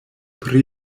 pri